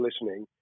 listening